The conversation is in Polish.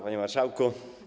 Panie Marszałku!